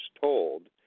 told